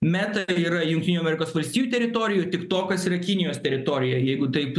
meta yra jungtinių amerikos valstijų teritorijoj tiktokas yra kinijos teritorijoj jeigu taip